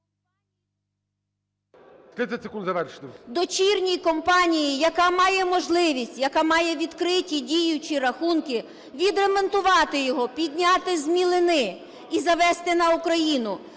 дочірній компанії, яка має можливість, яка має відкриті діючі рахунки, відремонтувати його, підняти з мілини і завести на Україну.